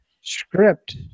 script